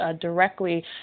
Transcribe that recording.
directly